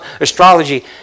astrology